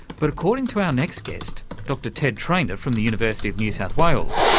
but according to our next guest, dr ted trainer, from the university of new south wales,